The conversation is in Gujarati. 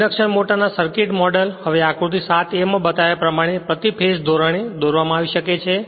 ઇન્ડક્શન મોટરના સર્કિટ મોડેલ હવે આકૃતિ 7 a માં બતાવ્યા પ્રમાણે પ્રતિ ફેજ ધોરણે દોરવામાં આવી શકે છે